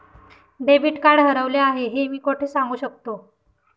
Debit card हरवले आहे हे मी कोठे सांगू शकतो?